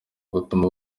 gutuma